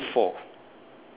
total we have four